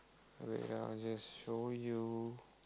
wait ah I'll just show you